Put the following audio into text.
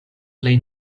plej